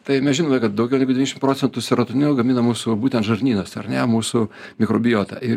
tai mes žinome kad daugiau negu devyniašim procentų serotonino gamina mūsų būtent žarnynas ar ne mūsų mikrobijota ir